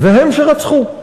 והם שרצחו.